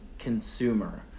consumer